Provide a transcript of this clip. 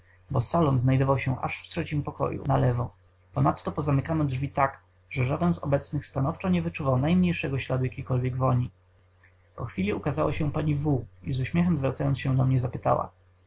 bo salon znajdował się aż w trzecim pokoju na lewo ponadto pozamykano drzwi tak że żaden z obecnych stanowczo nie wyczuwał najmniejszego śladu jakiejkolwiek woni po chwili ukazała się pani w i z uśmiechem zwracając się do mnie zapytała